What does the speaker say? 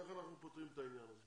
איך אנחנו פותרים את העניין הזה.